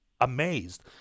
amazed